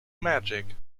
magic